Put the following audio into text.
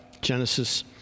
Genesis